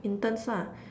interns lah